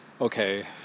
okay